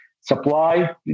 supply